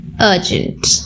urgent